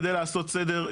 כדי לעשות סדר,